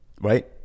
right